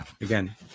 Again